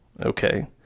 okay